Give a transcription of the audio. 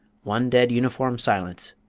one dead uniform silence,